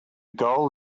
goal